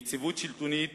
יציבות שלטונית